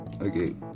Okay